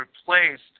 replaced